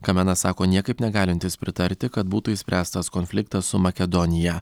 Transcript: kamenas sako niekaip negalintis pritarti kad būtų išspręstas konfliktas su makedonija